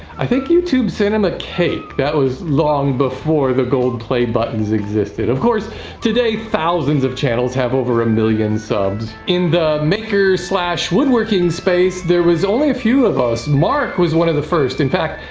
i think youtube sent him a cake. that was long before the gold play buttons existed. of course today, thousands of channels have over a million subs in the maker woodworking space there was only a few of us. marc was one of the first. in fact,